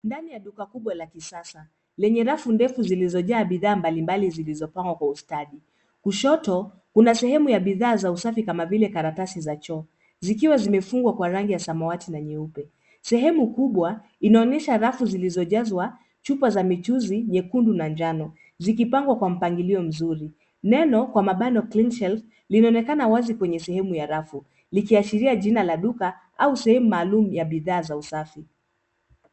Ndani ya duka kubwa la kisasa lenye rafu ndefu zilizojaa bidhaa mbalimbali zilizopangwa kwa ustadi. Kushoto, kuna sehemu ya bidhaa za usafi kama vile karatasi za choo zikiwa zimefungwa kwa rangi ya samawati na nyeupe. Sehemu kubwa inaonyesha rafu zilizojazwa chupa za michuzi nyekundu na njano zikipangwa kwa mpangilio mzuri. Neno kwa mabango Cleanshelf limeonekana wazi kwenye sehemu za rafu likiashiria jina la duka au sehemu maalum ya bidhaa za usafi.